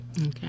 Okay